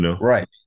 Right